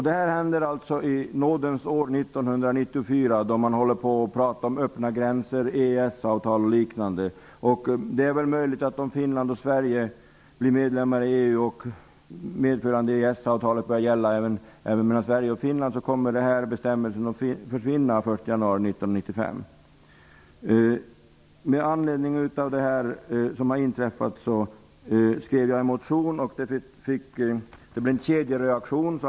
Det här händer alltså i nådens år 1994, då man pratar om öppna gränser, EES-avtal och liknande. Sverige och Finland, kommer bestämmelsen att försvinna den 1 januari 1995. Men anledning av det som har inträffat väckte jag en motion. Det blev en kedjereaktion.